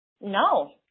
No